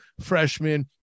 freshman